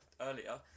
earlier